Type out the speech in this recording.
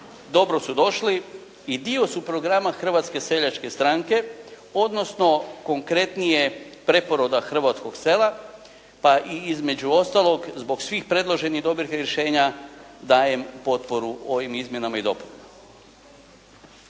dobro su došli i dio su programa Hrvatske seljačke stranke, odnosno konkretnije preporoda hrvatskog sela, pa i između ostalog zbog svih predloženih dobrih rješenja dajem potporu ovim izmjenama i dopunama.